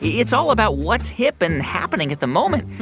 it's all about what's hip and happening at the moment.